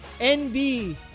NB